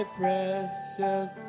precious